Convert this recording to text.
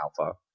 alpha